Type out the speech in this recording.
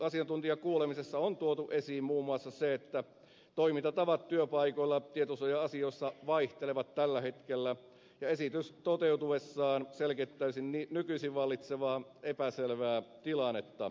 asiantuntijakuulemisessa on tuotu esiin muun muassa se että toimintatavat työpaikoilla tietosuoja asioissa vaihtelevat tällä hetkellä ja esitys toteutuessaan selkeyttäisi nykyisin vallitsevaa epäselvää tilannetta